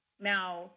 Now